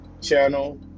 channel